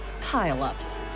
pile-ups